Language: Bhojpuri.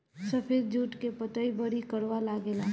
सफेद जुट के पतई बड़ी करवा लागेला